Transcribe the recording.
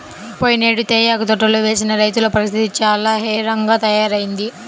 పోయినేడు తేయాకు తోటలు వేసిన రైతుల పరిస్థితి చాలా ఘోరంగా తయ్యారయింది